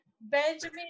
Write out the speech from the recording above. Benjamin